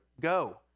go